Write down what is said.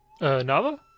Nava